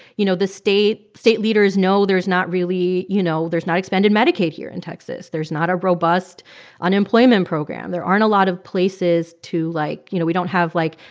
you know, the state state leaders know there's not really you know, there's not expanded medicaid here in texas. there's not a robust unemployment program. there aren't a lot of places to, like you know, we don't have, like,